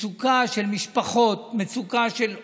מצוקה של משפחות, מצוקה של עוסקים,